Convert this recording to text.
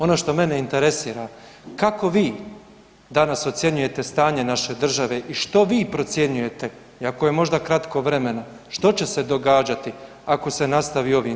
Ono što mene interesira, kako vi danas ocjenjujete stanje naše države i što vi procjenjujete iako je možda kratko vremena, što će se događati ako se nastavi ovim smjerom?